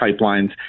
pipelines